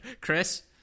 chris